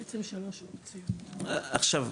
עכשיו,